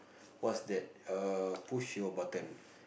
what's that err push your button